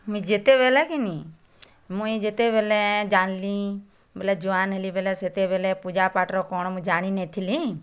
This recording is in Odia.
ମୁଁ ଯେତେବେଳେ କିନି ମୁଇଁ ଯେତେବେଳେ ଜାଣିଲି ବୋଲେ ଜୁଆନ୍ ହେଲି ବୋଲି ସେତେବଳେ ପୂଜାପାଠର କ'ଣ ମୁଁ ଜାଣିନଥିଲି